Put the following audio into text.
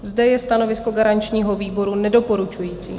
Zde je stanovisko garančního výboru nedoporučující.